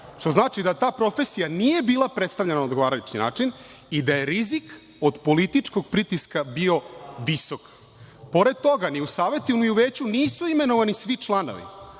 što znači da ta profesija nije bila predstavljena na odgovarajući način i da je rizik od političkog pritiska bio visok. Pored toga, ni u Savetu ni u Veću nisu imenovani svi članovi,